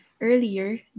earlier